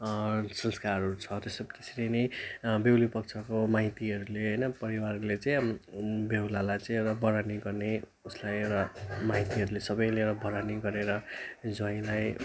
संस्कारहरू छ त्यस्तै त्यसरी नै बेहुली पक्षको माइतीहरूले होइन परिवारले चाहिँ अब बेहुलालाई चाहिँ एउटा वरनी गर्ने उसलाई एउटा माइतीहरूले सबैले वरनी गरेर ज्वाइँलाई